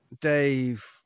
Dave